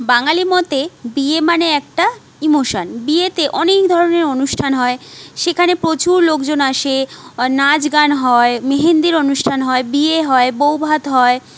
বাঙালি মতে বিয়ে মানে একটা ইমোশান বিয়েতে অনেক ধরণের অনুষ্ঠান হয় সেখানে প্রচুর লোকজন আসে নাচ গান হয় মেহেন্দির অনুষ্ঠান হয় বিয়ে হয় বৌভাত হয়